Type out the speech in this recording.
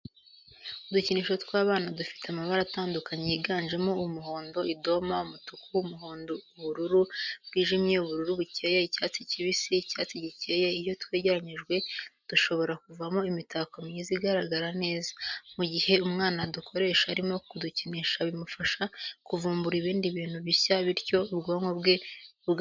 Udukinisho tw'abana dufite amabara atandukanye yiganjemo umuhondo, idoma, umutuku, umuhondo, ubururu bwijimye, ubururu bukeye, icyatsi kibisi, icyatsi gikeye, iyo twegeranyijwe dushobora kuvamo imitako myiza igaragara neza, mu gihe umwana adukoresha arimo kudukinisha bimufasha kuvumbura ibindi bintu bishya bityo ubwonko bwe bukaguka.